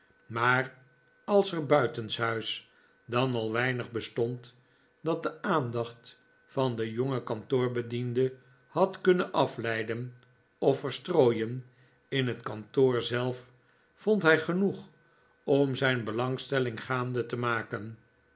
maar als er buitenshuis dan al weinig bestond dat de aandacht van den jongen kantoorbediende had kunnen afleiden of verstrooien in het kantoor zelf vond hij genoeg om zijn belangstelling gaande te maken